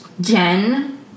jen